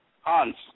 Hans